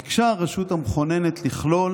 ביקשה הרשות המכוננת לכלול